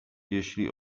jeśli